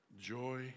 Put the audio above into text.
joy